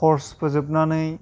course फोजोबनानै